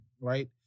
right